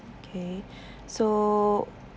okay so